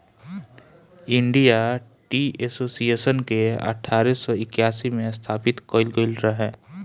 India tea association के अठारह सौ इक्यासी में स्थापित कईल गईल रहे